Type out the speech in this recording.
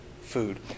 food